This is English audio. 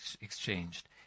exchanged